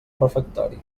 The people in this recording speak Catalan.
refectori